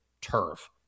turf